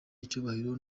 icyubahiro